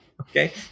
Okay